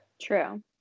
True